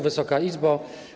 Wysoka Izbo!